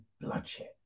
bloodshed